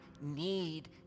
need